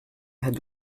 had